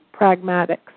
pragmatics